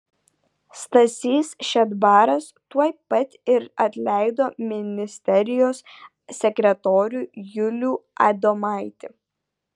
stasys šedbaras tuoj pat ir atleido ministerijos sekretorių julių adomaitį